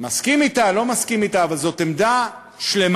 מסכים אתה או לא מסכים אתה, אבל זאת עמדה שלמה.